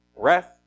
breath